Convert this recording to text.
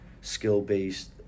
skill-based